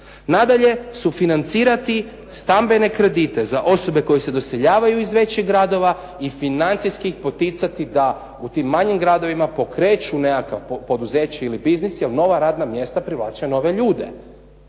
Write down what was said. Nadalje, sufinancirati stambene kredite za osobe koje se doseljavaju iz većih gradova i financijski ih poticati da u tim manjim gradovima pokreću nekakvo poduzeće ili biznis jer nova radna mjesta privlače nove ljude.